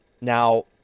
Now